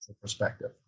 perspective